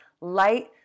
light